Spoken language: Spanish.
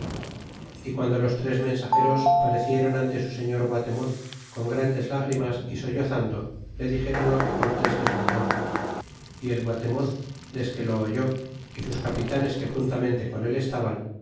y piando los tres mensageros parecieron ante su seno guatemuz con grandes lágrimas y sollozando le dixéron lo que cortes les mandó y el gualenutz desque lo oyó y sus capitanes que juntamente con él estaban